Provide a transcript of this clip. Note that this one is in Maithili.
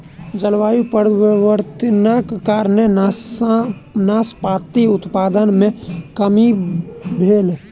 जलवायु परिवर्तनक कारणेँ नाशपाती उत्पादन मे कमी भेल